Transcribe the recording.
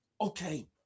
Okay